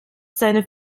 seine